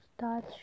touch